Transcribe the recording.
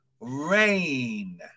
Rain